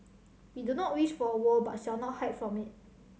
we do not wish for a war but shall not hide from it